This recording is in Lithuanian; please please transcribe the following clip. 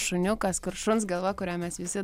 šuniukas kur šuns galva kurią mes visi